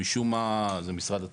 שמשום מה זה משרד התחבורה,